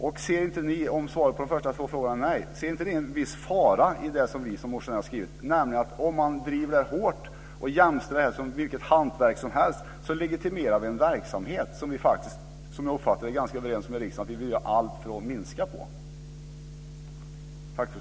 Ser ni inte, om svaret på den första av de två frågorna är nej, en viss fara för att det blir som vi motionärer har skrivit, nämligen att om vi driver detta hårt och jämställer det här med vilket hantverk som helst legitimerar vi en verksamhet som vi vill göra allt för att minska? Det uppfattar jag att vi är ganska överens om här i riksdagen.